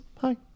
hi